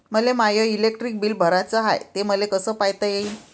मले माय electric bill भराचं हाय, ते मले कस पायता येईन?